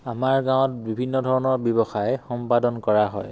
আমাৰ গাঁৱত বিভিন্ন ধৰণৰ ব্যৱসায় সম্পাদন কৰা হয়